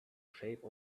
shape